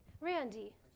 Randy